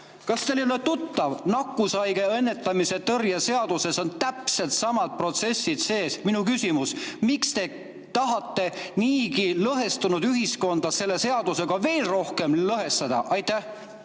ole see tuttav? Nakkushaiguste ennetamise ja tõrje seaduses on täpselt samad protsessid sees. Minu küsimus: miks te tahate niigi lõhestunud ühiskonda selle seadusega veel rohkem lõhestada? Suur